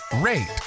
rate